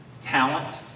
talent